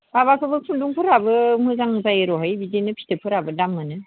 माबाखौबो खुन्दुंफोरबो मोजां जायो र' हाय बिदिनो फिथोबफोरबो दाम मोनो